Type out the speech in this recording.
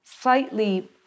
slightly